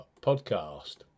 Podcast